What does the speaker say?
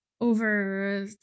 Over